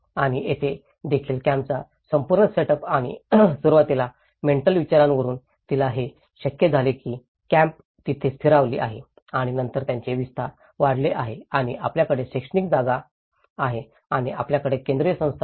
आणि येथे देखील कॅम्पचा संपूर्ण सेटअप आणि सुरुवातीला मेंटल विचारांवरून तिला हे शक्य झाले की कॅम्प तिथे स्थिरावली आहेत आणि नंतर त्याचे विस्तार वाढले आहे आणि आपल्याकडे शैक्षणिक जागा आहे आणि आमच्याकडे केंद्रीय संस्था आहे